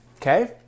okay